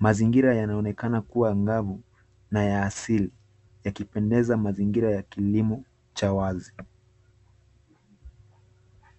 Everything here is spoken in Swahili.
Mazingira yanaonekana kuwa angavu na ya asili, yakipendeza mazingira ya kilimo cha wazi.